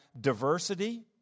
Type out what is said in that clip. diversity